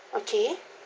okay